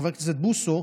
חבר הכנסת בוסו,